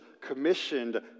commissioned